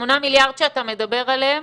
השמונה מיליארד שקלים שאתה מדבר עליהם